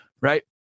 right